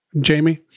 Jamie